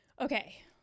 Okay